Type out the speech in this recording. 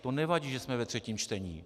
To nevadí, že jsme ve třetím čtení.